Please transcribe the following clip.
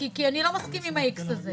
כי אני לא מסכים עם ה-X הזה.